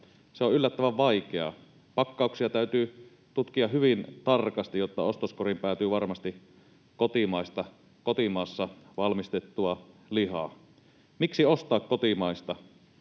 se on yllättävän vaikeaa. Pakkauksia täytyy tutkia hyvin tarkasti, jotta ostoskoriin päätyy varmasti kotimaista kotimaassa valmistettua lihaa. Miksi ostaa kotimaista?